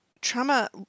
trauma